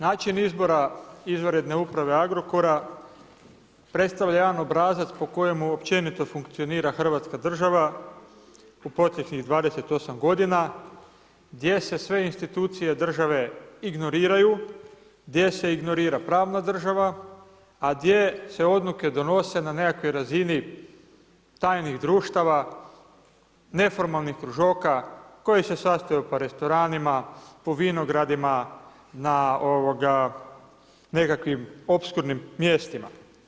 Način izbora izvanredne uprave Agrokora, predstavlja jedan obrazac, po kojemu općenito funkcionira Hrvatska država u proteklih 28 g. gdje se sve institucije države ignoriraju, gdje se ignorira pravna država, a gdje se odluke donose na nekakvoj razini, tajnih društava, neformalnih … koji se sastoje po restoranima, po vinogradima, na nekakvim oskudnim mjestima.